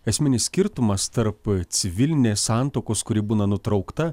esminis skirtumas tarp civilinės santuokos kuri būna nutraukta